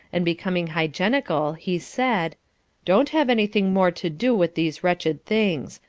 and becoming hygienical, he said don't have anything more to do with these wretched things.